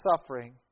suffering